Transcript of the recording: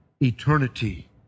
eternity